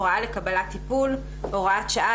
הוראה לקבלת טיפול) (הוראת שעה),